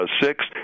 six